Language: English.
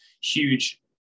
huge